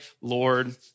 Lord